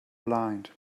blind